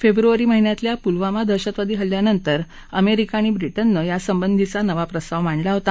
February महिन्यातल्या पुलवामा दहशतवादी हल्ल्यानंतर अमेरिका आणि ब्रिटननं या संबंधीचा नवा प्रस्ताव मांडला होता